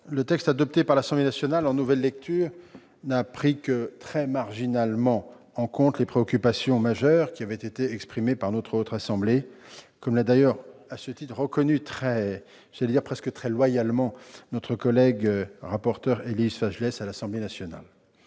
le texte adopté par l'Assemblée nationale en nouvelle lecture n'a pris que très marginalement en compte les préoccupations majeures qui avaient été exprimées par la Haute Assemblée, ... Oui !... comme l'a d'ailleurs reconnu- j'allais dire presque loyalement -notre collègue rapporteur, Élise Fajgeles, à l'Assemblée nationale.